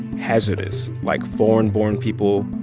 hazardous, like foreign-born people,